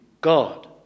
God